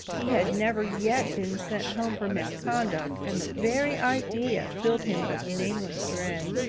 he had never yet been sent home for misconduct, and the very idea filled him with nameless dread.